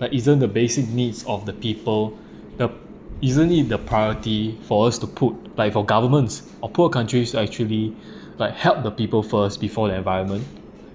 like isn't the basic needs of the people the isn't it the priority for us to put like for governments or poor countries actually like help the people first before the environment